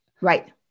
Right